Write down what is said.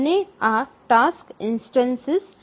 અને આ task instances છે